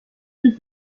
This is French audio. nous